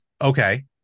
Okay